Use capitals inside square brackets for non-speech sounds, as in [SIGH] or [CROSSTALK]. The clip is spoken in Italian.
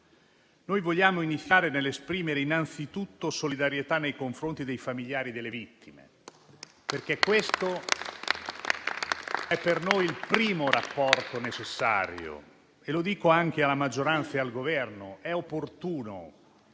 Vogliamo iniziare esprimendo innanzitutto solidarietà nei confronti dei familiari delle vittime, [APPLAUSE] perché questo è per noi il primo rapporto necessario. Lo dico anche alla maggioranza e al Governo: è opportuno